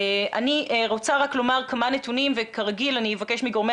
אני רוצה רק לומר כמה נתונים וכרגיל אני אבקש מגורמי